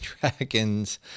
Dragons